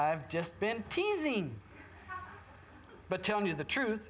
i've just been teasing but telling you the truth